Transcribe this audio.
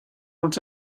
want